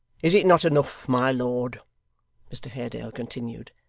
is it not enough, my lord mr haredale continued,